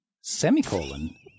Semicolon